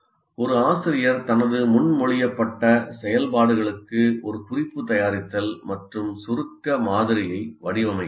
ஒரு ஆசிரியர் தனது முன்மொழியப்பட்ட செயல்பாடுகளுக்கு ஒரு குறிப்பு தயாரித்தல் மற்றும் சுருக்க மாதிரியை வடிவமைக்க முடியும்